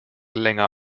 länger